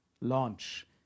launch